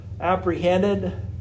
apprehended